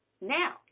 Now